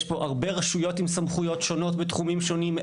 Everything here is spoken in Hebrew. יש פה הרבה רשויות עם סמכויות שונות בתחומים שונים,